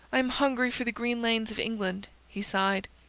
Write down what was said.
i am hungry for the green lanes of england. he sighed.